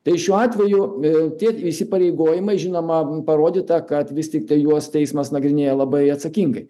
tai šiuo atveju tie įsipareigojimai žinoma parodyta kad vis tiktai juos teismas nagrinėja labai atsakingai